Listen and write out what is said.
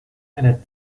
einer